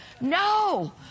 No